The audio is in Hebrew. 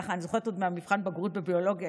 כך אני זוכרת עוד ממבחן הבגרות בביולוגיה,